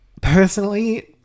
Personally